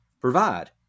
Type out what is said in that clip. provide